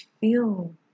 feel